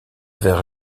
ver